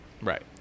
right